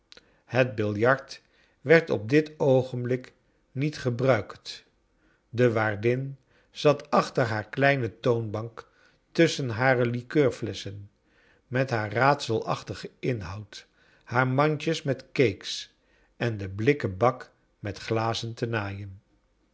het biljart werd op dit oogenbiik niet gebruikt de waardin zat achter haar kleine toonbank tusschen hare likeurflesschen met haar raadselachtigen inhoud haar mandjes met cakes en den blikken bak met glazen te naaien